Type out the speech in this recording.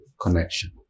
connection